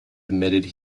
admitted